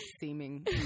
seeming